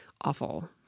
awful